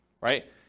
right